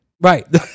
Right